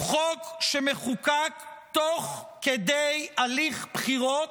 הוא חוק שמחוקק תוך כדי הליך בחירות,